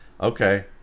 Okay